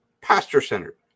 pastor-centered